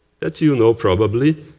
that you know probably,